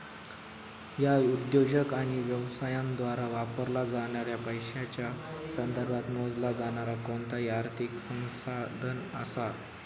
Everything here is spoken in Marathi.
ह्या उद्योजक आणि व्यवसायांद्वारा वापरला जाणाऱ्या पैशांच्या संदर्भात मोजला जाणारा कोणताही आर्थिक संसाधन असा